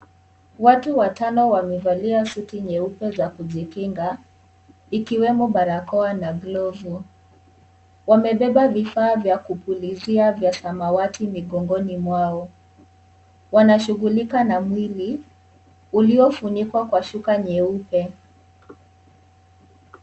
Watu watano wamevalia suti nyeupe za kujikinga, ikiwemo barakoa na glovu. Wamebeba vifaa ya kupulizia vya samawati migongoni mwao. Wanashughulika na mwili uliofunikwa na shuka nyeupe.